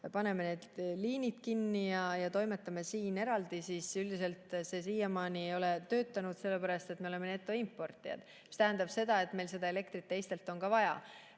paneme need liinid kinni ja toimetame siin eraldi, siis üldiselt see siiamaani ei ole töötanud, sellepärast et me oleme netoimportijad, mis tähendab seda, et meil on elektrit ka teistelt vaja.